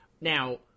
Now